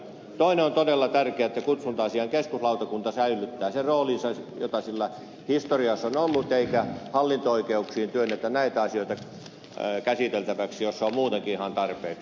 toinen todella tärkeä on että kutsunta asiain keskuslautakunta säilyttää sen roolinsa joka sillä historiassa on ollut eikä hallinto oikeuksiin työnnetä näitä asioita käsiteltäväksi joissa on muutenkin ihan tarpeeksi